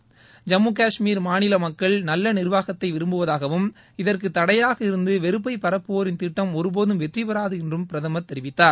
ஐம்மு காஷ்மீர் மாநில மக்கள் நல்ல நிர்வாகத்தை விரும்புவதாகவும் இதற்கு தடையாக இருந்து வெறுப்பை பரப்புவோரின் திட்டம் ஒருபோதும் வெற்றி பெறாது என்றும் பிரதமர் தெரிவித்தார்